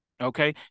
Okay